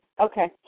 okay